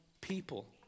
people